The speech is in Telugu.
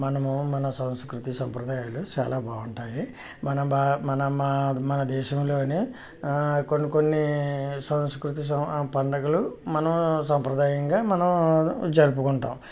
మనము మన సంస్కృతి సంప్రదాయాలు చాలా బాగుంటాయి మన మనమా మన దేశంలోనే కొన్ని కొన్ని సంస్కృతి సం పండగలు మనం సంప్రదాయంగా మనం జరుపుకుంటాం